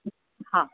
हा